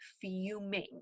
fuming